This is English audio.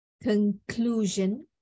conclusion